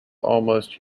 almost